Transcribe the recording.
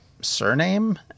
surname